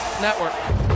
Network